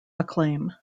acclaim